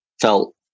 felt